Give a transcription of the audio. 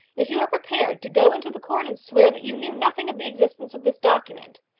if you are prepared to go into the court and swear that you knew nothing of the existence of this document,